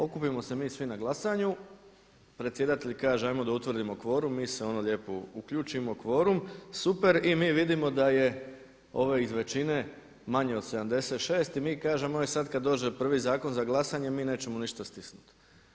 Okupimo se mi svi na glasanju, predsjedatelj kaže 'ajmo da utvrdimo kvorum, mi se ono lijepo uključimo, kvorum, super i mi vidimo da je ovih iz većine manje od 76 i mi kažemo e sada kada dođe prvi zakon za glasanje mi nećemo ništa stisnuti.